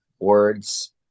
words